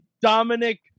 dominic